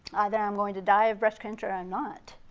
that i'm going to die of breast cancer or not.